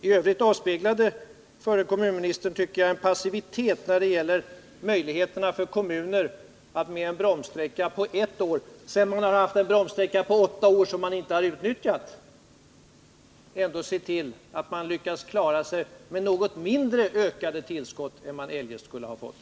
I övrigt avspeglade förre kommunministern en passivitet när det gäller möjligheterna för kommunerna att med en bromssträcka på ett år — efter det att man har haft en bromssträcka på åtta år som man inte har utnyttjat — ändå se till att man klarar sig med något mindre ökade tillskott än man eljest skulle ha fått.